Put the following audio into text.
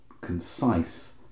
concise